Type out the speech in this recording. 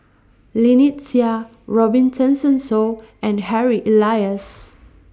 Lynnette Seah Robin Tessensohn and Harry Elias